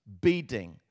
beating